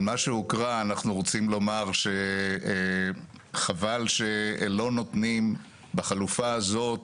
על מה שהוקרא אנחנו רוצים לומר שחבל שלא נותנים בחלופה הזאת